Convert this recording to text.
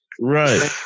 Right